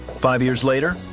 five years later,